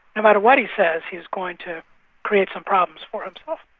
no matter what he says, he's going to create some problems for himself.